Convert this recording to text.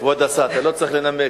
כבוד השר, אתה לא צריך לנמק.